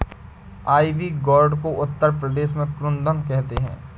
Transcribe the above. ivy gourd को उत्तर प्रदेश में कुद्रुन कहते हैं